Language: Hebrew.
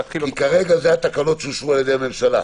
התקנות שאושרו על-ידי הממשלה,